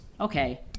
okay